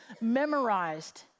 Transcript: memorized